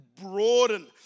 broaden